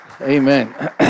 Amen